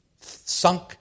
Sunk